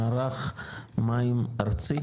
מערך מים ארצי,